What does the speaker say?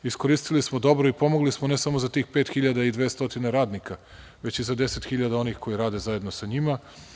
Iskoristili smo dobro i pomogli smo, ne samo za tih 5.200 radnika, već i za deset hiljada onih koji rade zajedno sa njima.